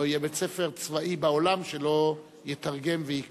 לא יהיה בית-ספר צבאי בעולם שלא יתרגם ויקרא.